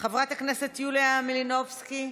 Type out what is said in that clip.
חברת הכנסת יוליה מלינובסקי,